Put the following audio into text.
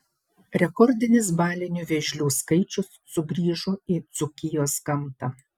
rekordinis balinių vėžlių skaičius sugrįžo į dzūkijos gamtą